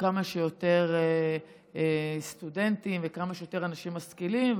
כמה שיותר סטודנטים וכמה שיותר אנשים משכילים,